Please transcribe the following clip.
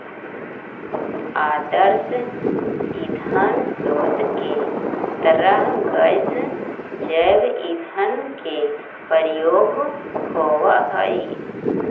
आदर्श ईंधन स्रोत के तरह गैस जैव ईंधन के प्रयोग होवऽ हई